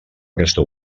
aquesta